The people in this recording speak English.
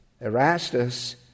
Erastus